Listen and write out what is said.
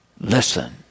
listen